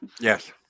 Yes